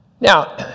Now